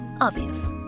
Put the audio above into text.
Obvious